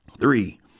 Three